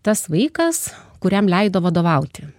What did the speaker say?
tas vaikas kuriam leido vadovauti